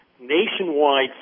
nationwide